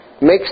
makes